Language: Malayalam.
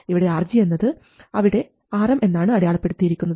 ഇവിടെ RG എന്നത് അവിടെ Rm എന്നാണ് അടയാളപ്പെടുത്തിയിരിക്കുന്നത്